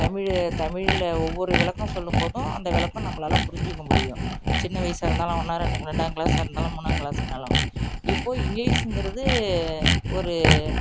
தமிழ் தமிழில் ஒவ்வொரு விளக்கம் சொல்லும்போதும் அந்த விளக்கம் நம்பளால் புரிஞ்சுக்க முடியும் சின்ன வயசாக இருந்தாலும் ஒன்றா ரெண்டா ரெண்டாங் கிளாசாக இருந்தாலும் மூணாங் கிளாசாக இருந்தாலும் இப்போது இங்கிலீஸுங்கிறது ஒரு